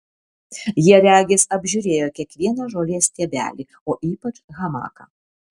jie regis apžiūrėjo kiekvieną žolės stiebelį o ypač hamaką